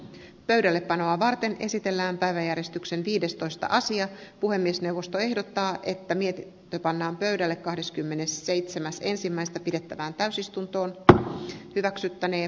pöydällepanoa varten esitellään päiväjärjestyksen viidestoista asiat puhemiesneuvosto ehdottaa että mietitty pannaan pöydälle kahdeskymmenesseitsemäs ensimmäistä pidettävään täysistuntoon ja hyväksyttäneen